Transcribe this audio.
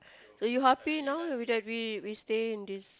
so you happy now you that we we stay in this